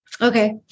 Okay